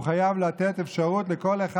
הוא חייב לתת אפשרות שלכל אחד,